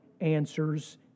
answers